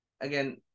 Again